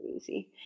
easy